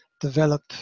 develop